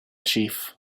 chief